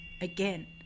again